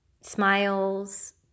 smiles